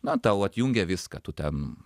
na tau atjungia viską tu ten